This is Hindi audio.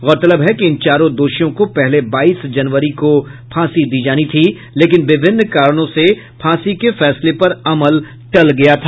गौरतलब है कि इन चारों दोषियों को पहले बाईस जनवरी को फांसी दी जानी थी लेकिन विभिन्न कारणों से फांसी के फैसले पर अमल टल गया था